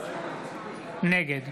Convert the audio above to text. נגד